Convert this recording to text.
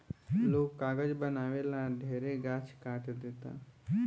लोग कागज बनावे ला ढेरे गाछ काट देता